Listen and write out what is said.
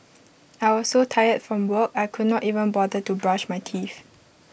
I was so tired from work I could not even bother to brush my teeth